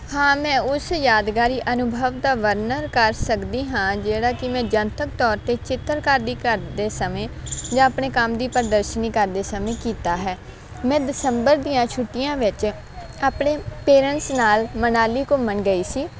ਹਾਂ ਮੈਂ ਉਸ ਯਾਦਗਾਰੀ ਅਨੁਭਵ ਦਾ ਵਰਣਨ ਕਰ ਸਕਦੀ ਹਾਂ ਜਿਹੜਾ ਕਿ ਮੈਂ ਜਨਤਕ ਤੌਰ 'ਤੇ ਚਿੱਤਰਕਾਰ ਦੀ ਕਰਦੇ ਸਮੇਂ ਜਾਂ ਆਪਣੇ ਕੰਮ ਦੀ ਪ੍ਰਦਰਸ਼ਨੀ ਕਰਦੇ ਸਮੇਂ ਕੀਤਾ ਹੈ ਮੈਂ ਦਸੰਬਰ ਦੀਆਂ ਛੁੱਟੀਆਂ ਵਿੱਚ ਆਪਣੇ ਪੇਰੈਂਟਸ ਨਾਲ ਮਨਾਲੀ ਘੁੰਮਣ ਗਈ ਸੀ